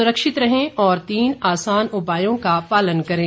सुरक्षित रहें और तीन आसान उपायों का पालन करें